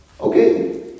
Okay